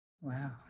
Wow